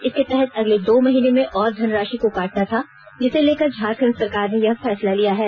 इसके तहत अगले दो महीने में और धनराशि को काटना था जिसे लेकर झारखंड सरकार ने यह फैसला लिया है